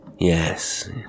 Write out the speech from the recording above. Yes